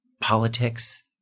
politics